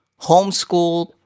homeschooled